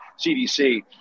CDC